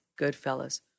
Goodfellas